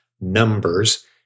numbers